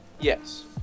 Yes